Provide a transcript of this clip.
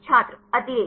छात्र अतिरेक